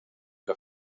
que